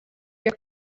your